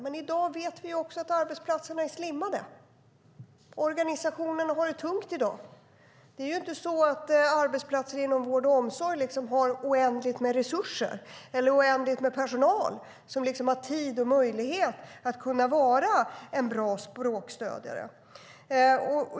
Men i dag vet vi också att arbetsplatserna är slimmade. Organisationerna har det tungt i dag. Det är inte så att arbetsplatser inom vård och omsorg har oändligt med resurser eller oändligt med personal som har tid och möjlighet att vara en bra språkstödjare.